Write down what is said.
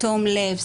תום לב,